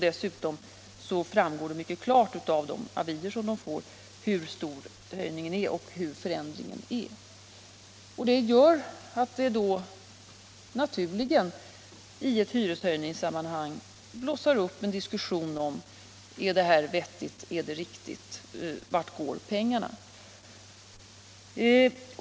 Det framgår dessutom mycket klart av de avier som de får hur stor höjningen och förändringen är. Därför är det naturligt att det i ett hyreshöjningssammanhang blossar upp en diskussion om frågorna: Är detta vettigt? Är det riktigt? Vart går pengarna?